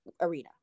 arena